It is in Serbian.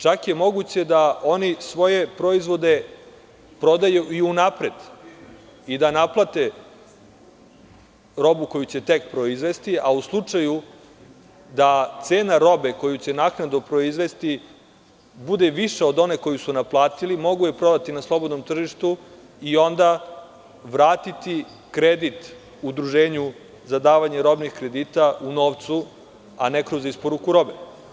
Čak je moguće da oni svoje proizvode prodaju i unapred i da naplate robu koju će tek proizvesti, a u slučaju da cena robe koju će naknadno proizvesti bude viša od one koju su naplatili, mogu je prodati na slobodnom tržištu i onda vratiti kredit Udruženju za davanje robnih kredita u novcu, a ne kroz isporuku robe.